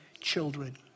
children